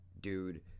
dude